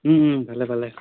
ভালে ভালে